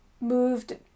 moved